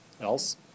else